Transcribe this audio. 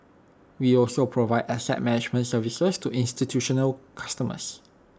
we also provide asset management services to institutional customers